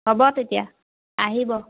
হ'ব তেতিয়া আহিব